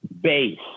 base